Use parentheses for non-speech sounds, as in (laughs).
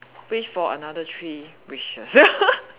wish for another three wishes (laughs)